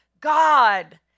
God